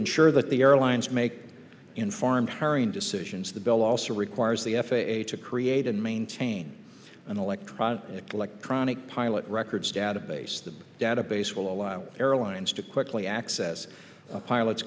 ensure that the airlines make informed hurrying decisions the bill also requires the f a a to create and maintain an electronic electronic pilot records database the database will allow airlines to quickly access a pilot